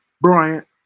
Bryant